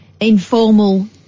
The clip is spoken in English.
informal